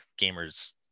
gamers